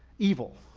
evil,